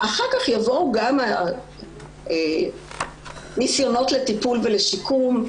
אחר כך יבואו גם ניסיונות של טיפול ושיקום.